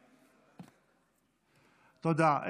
תודה.